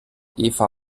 eva